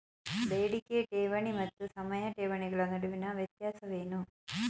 ಬೇಡಿಕೆ ಠೇವಣಿ ಮತ್ತು ಸಮಯ ಠೇವಣಿಗಳ ನಡುವಿನ ವ್ಯತ್ಯಾಸವೇನು?